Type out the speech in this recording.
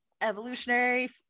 evolutionary